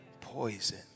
poison